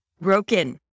broken